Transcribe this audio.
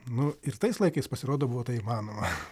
nu ir tais laikais pasirodo buvo tai įmanoma